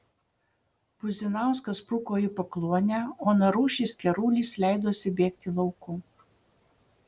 puzinauskas spruko į pakluonę o narušis kerulis leidosi bėgti lauku